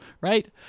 Right